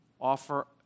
Offer